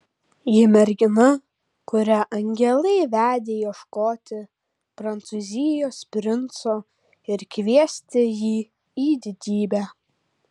ji mergina kurią angelai vedė ieškoti prancūzijos princo ir kviesti jį į didybę